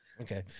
Okay